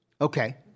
Okay